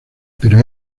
pero